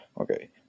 Okay